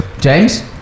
James